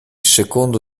secondo